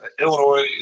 Illinois